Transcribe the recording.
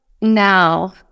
now